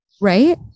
right